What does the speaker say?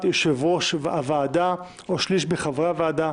יושב-ראש הוועדה או שליש מחברי הוועדה,